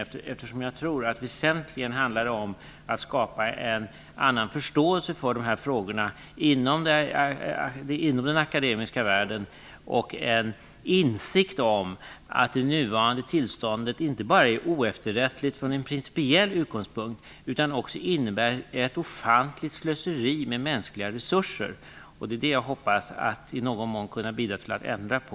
Det handlar väsentligen om att skapa en annan förståelse för dessa frågor inom den akademiska världen och om att skapa en insikt om att det nuvarande tillståndet är oefterrättligt, inte bara från en principiell utgångspunkt utan att det också innebär ett ofantligt slöseri med mänskliga resurser. Det är det som jag i någon mån hoppas kunna bidra till att ändra på.